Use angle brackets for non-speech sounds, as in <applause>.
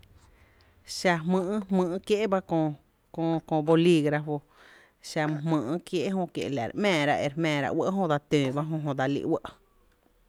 Xa jmýý’ <hesitation> jmýý’ kie’ ba kö <hesitation> kö bolígrafo, xa mý jmýý’ kié’ jö kie’ la re ‘mⱥⱥra jö re jmⱥⱥra uɇ’ jö dsa tǿǿ ba jö, jö dsa li uɇ’.